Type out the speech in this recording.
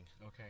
Okay